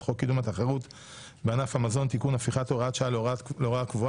חוק קידום התחרות בענף המזון (תיקון הפיכת הוראת שעה להוראה קבועה),